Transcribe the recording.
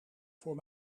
voor